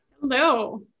Hello